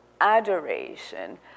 adoration